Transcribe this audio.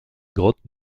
grottes